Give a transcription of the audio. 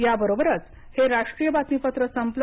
या बरोबरच हे राष्ट्रीय बातमीपत्र संपलं